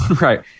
Right